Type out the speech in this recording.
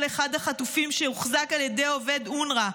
אחד החטופים שהוחזק על ידי עובד אונר"א.